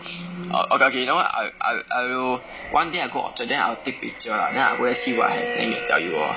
okay okay that [one] I will I will one day I go orchard then I will take picture then I will see what I think I will tell you lor